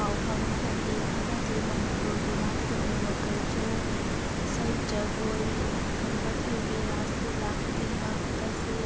ꯄꯥꯎ ꯐꯥꯎꯅꯍꯟꯂꯤ ꯑꯃꯗꯤ ꯃꯅꯤꯄꯨꯔꯒꯤ ꯅꯥꯠꯀꯤ ꯑꯣꯏꯕ ꯀꯜꯆꯔ ꯏꯁꯩ ꯖꯒꯣꯏ ꯈꯝꯕ ꯊꯣꯏꯕꯤ ꯔꯥꯁ ꯂꯤꯂꯥ ꯈꯨꯗꯤꯡꯃꯛ ꯑꯁꯤ